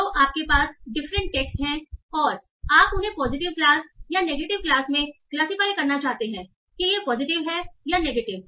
तो आपके पास डिफरेंट टेक्स्ट हैं और आप उन्हें पॉजिटिव क्लास या नेगेटिव क्लास में क्लासिफाई करना चाहते हैं कि यह पॉजिटिव है या नेगेटिव